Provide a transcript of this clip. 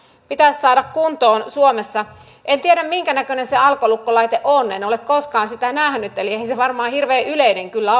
pitäisi saada kuntoon suomessa en tiedä minkä näköinen se alkolukkolaite on en ole koskaan sitä nähnyt eli ei se varmaan hirveän yleinen kyllä